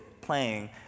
playing